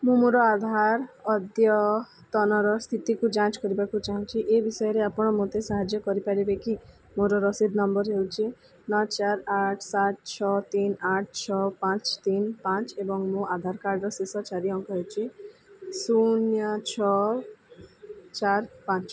ମୁଁ ମୋର ଆଧାର ଅଦ୍ୟତନର ସ୍ଥିତିକୁ ଯାଞ୍ଚ କରିବାକୁ ଚାହୁଁଛି ଏ ବିଷୟରେ ଆପଣ ମୋତେ ସାହାଯ୍ୟ କରିପାରିବେ କି ମୋର ରସିଦ ନମ୍ବର ହେଉଛି ନଅ ଚାରି ଆଠ ସାତ ଛଅ ତିନି ଆଠ ଛଅ ପାଞ୍ଚ ତିନି ପାଞ୍ଚ ଏବଂ ମୋ ଆଧାର କାର୍ଡ଼ର ଶେଷ ଚାରି ଅଙ୍କ ହେଉଛି ଶୂନ୍ୟ ଛଅ ଚାରି ପାଞ୍ଚ